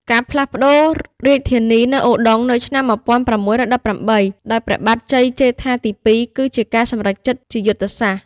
ការផ្លាស់ប្តូររាជធានីទៅឧដុង្គនៅឆ្នាំ ១៦១៨ ដោយ ព្រះបាទជ័យជេដ្ឋាទី ២ គឺជាការសម្រេចចិត្តជាយុទ្ធសាស្ត្រ។